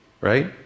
right